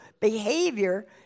behavior